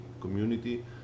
community